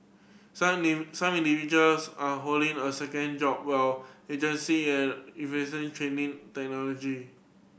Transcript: some name some individuals are holding a second job while agency and investing in training technology